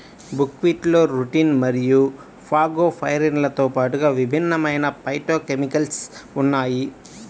బుక్వీట్లో రుటిన్ మరియు ఫాగోపైరిన్లతో పాటుగా విభిన్నమైన ఫైటోకెమికల్స్ ఉన్నాయి